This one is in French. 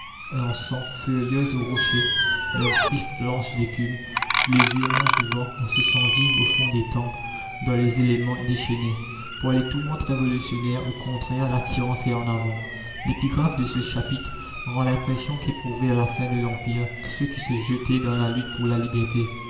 lançant furieuses aux rochers leurs griffes blanches d'écume sous les hurlements du vent on se sent vivre au fond des temps dans les éléments déchaînés par les tourmentes révolutionnaires au contraire l'attirance est en avant l'épigraphe de ce chapitre rend l'impression qu'éprouvaient à la fin de l'empire ceux qui se jetaient dans la lutte pour la liberté